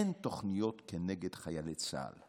אין תוכניות כנגד חיילי צה"ל.